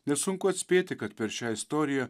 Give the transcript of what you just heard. nesunku atspėti kad per šią istoriją